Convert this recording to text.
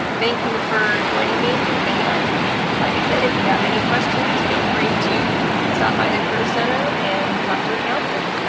thank you ah for joining me, and like i said, if you have any questions feel free to stop by the career center and talk to a counselor.